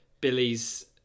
Billy's